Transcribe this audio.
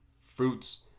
fruits